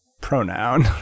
pronoun